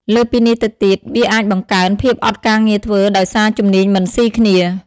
លើសពីនេះទៅទៀត វាអាចបង្កើន ភាពអត់ការងារធ្វើដោយសារជំនាញមិនស៊ីគ្នា ។